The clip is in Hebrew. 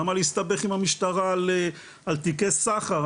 למה להסתבך עם המשטרה על תיקי סחר,